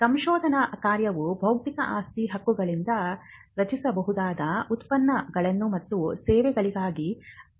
ಸಂಶೋಧನಾ ಕಾರ್ಯವು ಬೌದ್ಧಿಕ ಆಸ್ತಿ ಹಕ್ಕುಗಳಿಂದ ರಕ್ಷಿಸಬಹುದಾದ ಉತ್ಪನ್ನಗಳು ಮತ್ತು ಸೇವೆಗಳಿಗೆ ಕಾರಣವಾಗಬಹುದು